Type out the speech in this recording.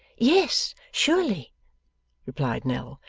yes, surely replied nell.